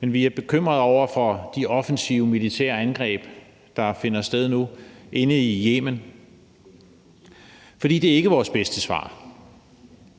Men vi er bekymrede over de offensive militære angreb, der finder sted nu inde i Yemen. For det er ikke vores bedste svar.